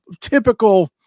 Typical